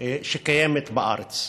שקיימת בארץ.